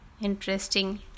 interesting